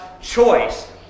choice